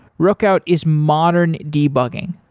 rookout is modern debugging.